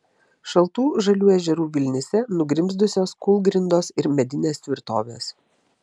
šaltų žalių ežerų vilnyse nugrimzdusios kūlgrindos ir medinės tvirtovės